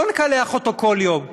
לא נקלח אותו כל יום,